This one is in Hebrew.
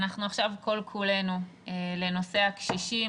אנחנו עכשיו כל כולנו לנושא הקשישים,